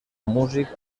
músic